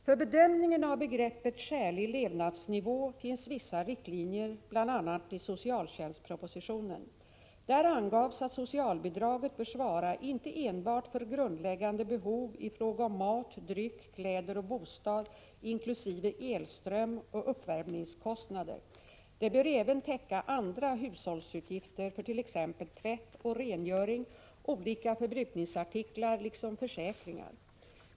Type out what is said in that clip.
För bedömningen av begreppet ”skälig levnadsnivå” finns vissa riktlinjer, bl.a. i socialtjänstpropositionen . Där anges att socialbidraget bör svara inte enbart för grundläggande behov i fråga om mat, dryck, kläder och bostad inkl. elström och uppvärmningskostnader. Det bör även täcka andra hushållsutgifter för t.ex. tvätt och rengöring, olika förbrukningsartiklar liksom försäkringar.